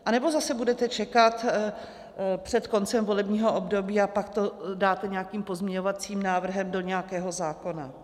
Anebo zase budete čekat před koncem volebního období a pak to dáte nějakým pozměňovacím návrhem do nějakého zákona?